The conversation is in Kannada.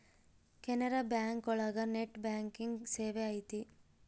ಕೆನರಾ ಬ್ಯಾಂಕ್ ಒಳಗ ನೆಟ್ ಬ್ಯಾಂಕಿಂಗ್ ಸೇವೆ ಐತಿ